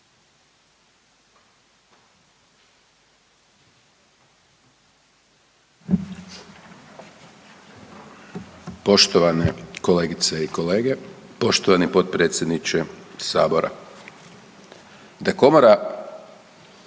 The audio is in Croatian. Poštovane kolegice i kolege. Poštovani potpredsjedniče Sabora. Da komora